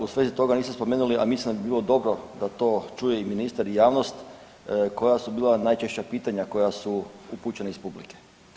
U svezi toga niste spomenuli, a mislim da bi bilo dobro da to čuje i ministar i javnost, koja su bila najčešća pitanja koja su upućena iz publike.